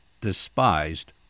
despised